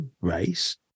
race